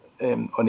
on